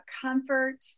comfort